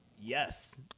Yes